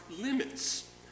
limits